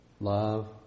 love